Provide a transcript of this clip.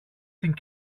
την